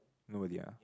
know their